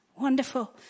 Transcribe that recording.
Wonderful